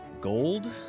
Gold